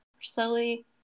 slowly